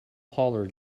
hollered